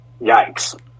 Yikes